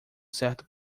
certo